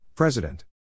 President